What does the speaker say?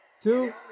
two